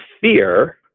fear